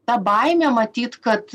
ta baimė matyt kad